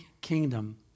kingdom